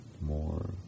more